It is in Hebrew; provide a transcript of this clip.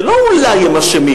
זה לא אולי הם אשמים.